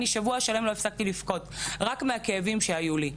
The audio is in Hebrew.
שבוע שלם לא הפסקתי לבכות רק מהכאבים שהיו לי.